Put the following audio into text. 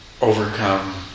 overcome